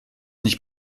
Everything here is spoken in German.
nicht